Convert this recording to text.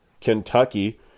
Kentucky